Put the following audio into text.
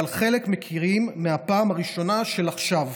אבל חלק מכירים פעם ראשונה עכשיו.